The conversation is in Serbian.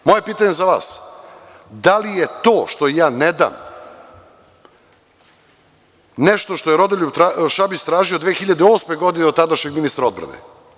Moje pitanje za vas, da li je to što ja ne dam nešto što je Rodoljub Šabić tražio 2008. godine od tadašnjeg ministra odbrane?